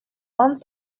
one